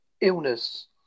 illness